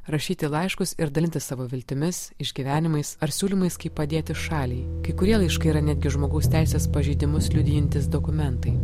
rašyti laiškus ir dalintis savo viltimis išgyvenimais ar siūlymais kaip padėti šaliai kai kurie laiškai yra netgi žmogaus teisės pažeidimus liudijantys dokumentai